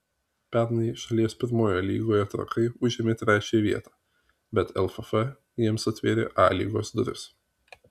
pernai šalies pirmojoje lygoje trakai užėmė trečiąją vietą bet lff jiems atvėrė a lygos duris